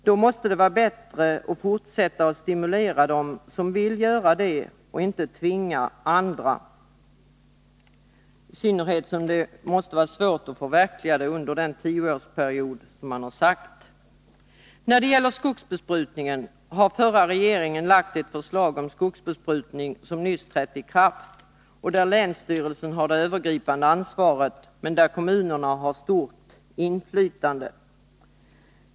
Därför måste det vara bättre att fortsätta att stimulera dem som vill göra det och inte tvinga andra — i synnerhet som det måste vara svårt att förverkliga ett sådant krav under den tioårsperiod som man angett. När det gäller skogsbesprutningen har den förra regeringen lagt fram ett förslag till lag som nyss trätt i kraft, där länsstyrelsen har det övergripande ansvaret men där kommunerna har stort inflytande.